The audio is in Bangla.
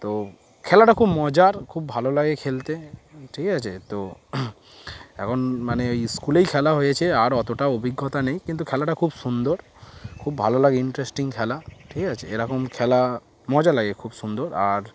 তো খেলাটা খুব মজার খুব ভালো লাগে খেলতে ঠিক আছে তো এখন মানে ওই স্কুলেই খেলা হয়েছে আর অতটা অভিজ্ঞতা নেই কিন্তু খেলাটা খুব সুন্দর খুব ভালো লাগে ইন্টারেস্টিং খেলা ঠিক আছে এরকম খেলা মজা লাগে খুব সুন্দর আর